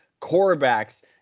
quarterbacks